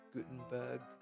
Gutenberg